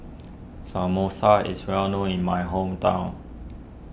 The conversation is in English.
Samosa is well known in my hometown